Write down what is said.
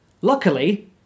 Luckily